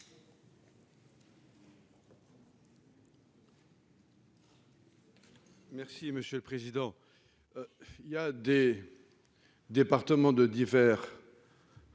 Merci monsieur le président. Il y a des. Départements de divers.